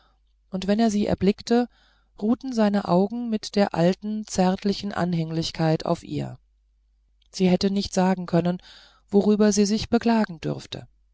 und wenn er sie erblickte ruhten seine augen mit der alten zärtlichen anhänglichkeit auf ihr sie hätte nicht sagen können worüber sie sich beklagen dürfte